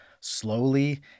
slowly